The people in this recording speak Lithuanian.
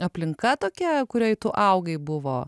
aplinka tokia kurioj tu augai buvo